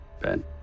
Ben